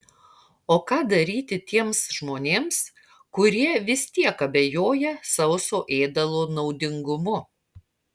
o ką daryti tiems žmonėms kurie vis tiek abejoja sauso ėdalo naudingumu